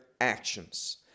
actions